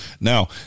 Now